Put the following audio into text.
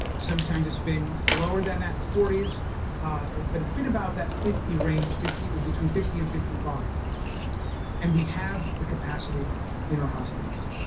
sometimes it's been lower than that in the forty s but it's been about that fifty range in between fifty and fifty five and we have the capacity in our hospitals.